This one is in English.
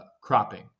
cropping